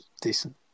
Decent